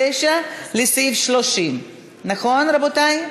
79 לסעיף 30. נכון, רבותי?